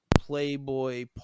playboy